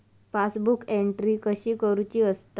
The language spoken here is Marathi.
पासबुक एंट्री कशी करुची असता?